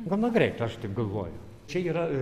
gana greit aš taip galvoju čia yra